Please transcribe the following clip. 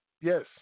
Yes